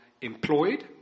employed